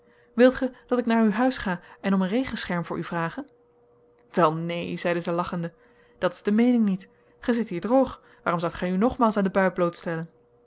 wilt gij dat ik naar uw huis ga en om een regenscherm voor u vrage wel neen zeide zij lachende dit is de meening niet gij zit hier droog waarom zoudt gij u nogmaals aan de